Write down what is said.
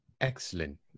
Excellent